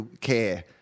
care